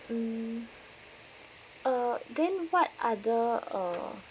mm uh then what other uh